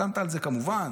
חתמת על זה, כמובן.